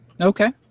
Okay